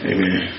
Amen